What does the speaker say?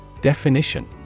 Definition